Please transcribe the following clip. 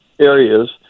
areas